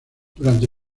durante